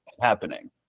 happening